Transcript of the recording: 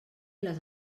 les